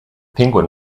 penguin